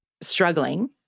struggling